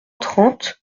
trente